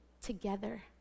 together